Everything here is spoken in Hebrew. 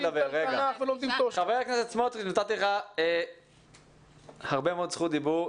ח"כ סמוטריץ' נתתי לך הרבה מאוד זכות דיבור.